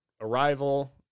Arrival